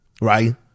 right